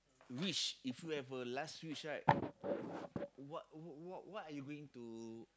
wish if you have a last wish right what what what are you going to